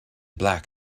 black